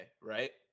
right